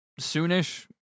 soonish